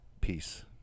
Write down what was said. Peace